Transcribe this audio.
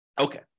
Okay